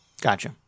Gotcha